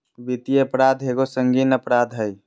वित्तीय अपराध एगो संगीन अपराध हइ